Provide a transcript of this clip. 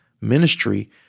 ministry